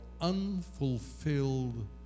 unfulfilled